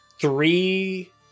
three